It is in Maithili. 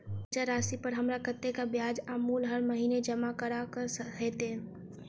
कर्जा राशि पर हमरा कत्तेक ब्याज आ मूल हर महीने जमा करऽ कऽ हेतै?